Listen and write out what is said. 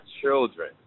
children